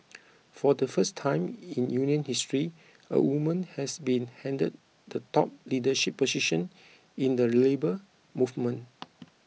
for the first time in union history a woman has been handed the top leadership position in the Labour Movement